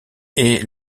est